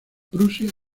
prusia